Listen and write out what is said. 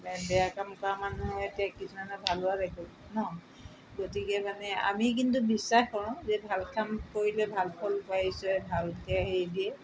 বেয়া কাম কৰা মানুহ এতিয়া কিছুমানে ভাল হোৱা দেখো ন গতিকে মানে আমি কিন্তু বিশ্বাস কৰোঁ যে ভাল কাম কৰিলে ভাল ফল পাইছে ভালকৈ হেৰি দিয়ে